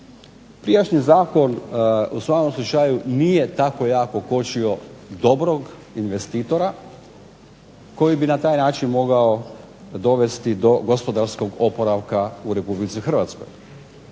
Prijašnji zakon u svakom slučaju nije tako jako kočio dobrog investitora koji bi na taj način mogao dovesti do gospodarskog oporavka u RH.